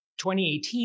2018